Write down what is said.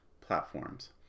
platforms